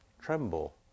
tremble